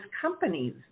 companies